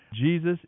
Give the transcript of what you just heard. Jesus